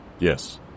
Yes